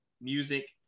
music